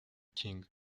king